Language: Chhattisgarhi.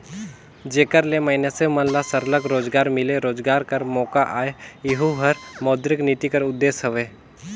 जेकर ले मइनसे मन ल सरलग रोजगार मिले, रोजगार कर मोका आए एहू हर मौद्रिक नीति कर उदेस हवे